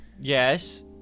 Yes